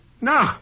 No